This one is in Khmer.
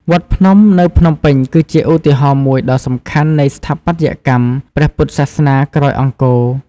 វត្តភ្នំនៅភ្នំពេញគឺជាឧទាហរណ៍មួយដ៏សំខាន់នៃស្ថាបត្យកម្មព្រះពុទ្ធសាសនាក្រោយអង្គរ។